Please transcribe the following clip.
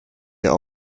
your